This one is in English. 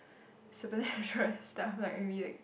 supernatural stuff like maybe like